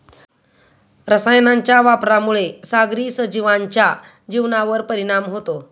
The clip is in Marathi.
रसायनांच्या वापरामुळे सागरी सजीवांच्या जीवनावर परिणाम होतो